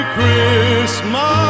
Christmas